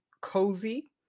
cozy